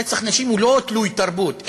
רצח נשים הוא לא תלוי תרבות.